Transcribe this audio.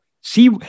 see